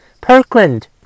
Parkland